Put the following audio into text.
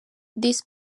this